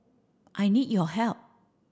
I need your help